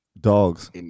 dogs